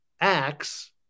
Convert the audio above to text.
Acts